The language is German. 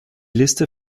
liste